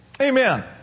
Amen